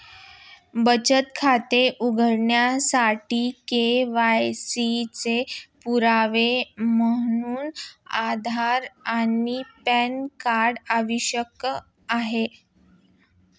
बचत खाते उघडण्यासाठी के.वाय.सी चा पुरावा म्हणून आधार आणि पॅन कार्ड आवश्यक आहे